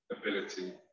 ability